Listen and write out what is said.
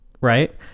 right